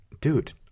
dude